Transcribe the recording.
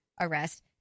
arrest